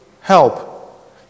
help